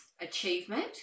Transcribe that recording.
achievement